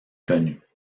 connue